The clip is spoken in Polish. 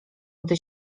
gdy